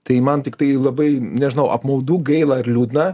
tai man tiktai labai nežinau apmaudu gaila ir liūdna